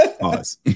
Pause